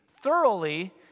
thoroughly